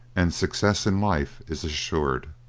and success in life is assured.